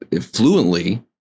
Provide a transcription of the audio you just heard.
fluently